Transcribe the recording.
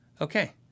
Okay